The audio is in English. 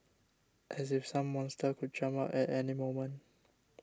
as if some monster could jump out at any moment